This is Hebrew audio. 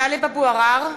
(קוראת בשמות חברי הכנסת) טלב אבו עראר,